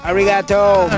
Arigato